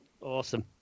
awesome